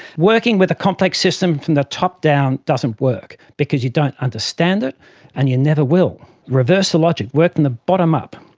working with a complex system from the top down doesn't work because you don't understand it and you never will. reverse the logic, work from and the bottom up.